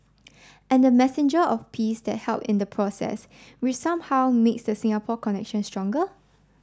and the messenger of peace that help in the process which somehow makes the Singapore connection stronger